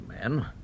men